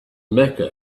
mecca